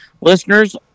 listeners